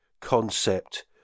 concept